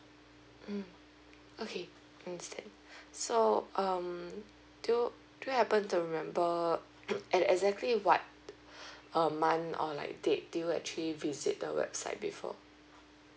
mm okay understand so um do do you happen to remember hmm at exactly what err month or like date do you actually visit the website before